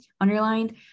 underlined